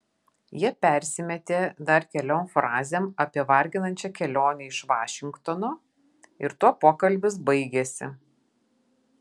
jie persimetė dar keliom frazėm apie varginančią kelionę iš vašingtono ir tuo pokalbis baigėsi